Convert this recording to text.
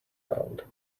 around